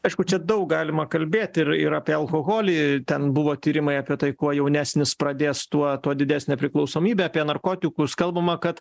aišku čia daug galima kalbėti ir ir apie alkoholį ten buvo tyrimai apie tai kuo jaunesnis pradės tuo tuo didesnę priklausomybę apie narkotikus kalbama kad